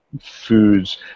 foods